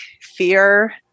fear